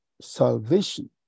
salvation